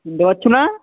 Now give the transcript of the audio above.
শুনতে পাচ্ছো না